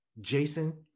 jason